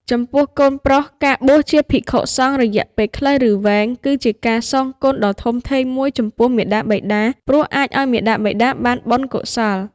ចំពោះកូនប្រុស ការបួសជាភិក្ខុសង្ឃរយៈពេលខ្លី ឬវែង គឺជាការសងគុណដ៏ធំធេងមួយចំពោះមាតាបិតា ព្រោះអាចឲ្យមាតាបិតាបានបុណ្យកុសល។